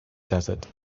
desert